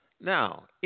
Now